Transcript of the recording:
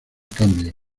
cambio